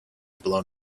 blown